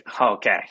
Okay